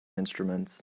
instruments